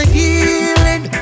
healing